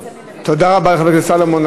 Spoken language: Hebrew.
תודה רבה לחבר הכנסת סולומון.